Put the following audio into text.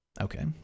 Okay